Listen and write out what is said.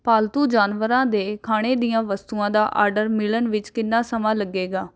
ਪਾਲਤੂ ਜਾਨਵਰਾਂ ਦੇ ਖਾਣੇ ਦੀਆਂ ਵਸਤੂਆਂ ਦਾ ਆਰਡਰ ਮਿਲਣ ਵਿੱਚ ਕਿੰਨਾ ਸਮਾਂ ਲੱਗੇਗਾ